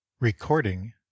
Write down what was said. Recording